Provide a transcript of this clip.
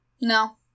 No